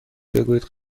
بگویید